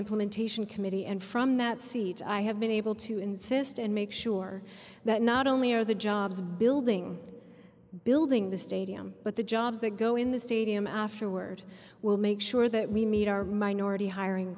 implementation committee and from that seat i have been able to insist and make sure that not only are the jobs building building the stadium but the jobs that go in the stadium afterward will make sure that we meet our minority hiring